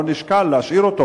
להשאיר אותו,